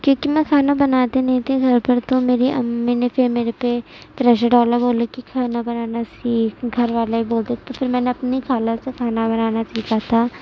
کیوںکہ میں کھانا بناتی نہیں تھی گھر پر تو میری امی نے پھر میرے پہ پریشر ڈالا بولیں کہ کھانا بنانا سیکھ گھر والے بولتے تھے تو پھر میں نے اپنی خالہ سے کھانا بنانا سیکھا تھا